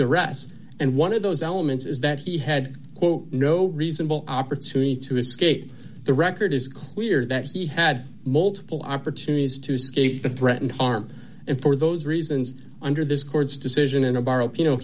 the rest and one of those elements is that he had no reasonable opportunity to escape the record is clear that he had multiple opportunities to escape the threatened harm and for those reasons under this court's decision in a bar up you know